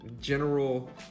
general